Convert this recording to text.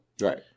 Right